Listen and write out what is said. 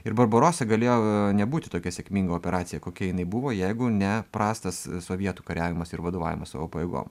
ir barbarosa galėjo nebūti tokia sėkminga operacija kokia jinai buvo jeigu ne prastas sovietų kariavimas ir vadovavimas savo pajėgom